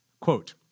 Quote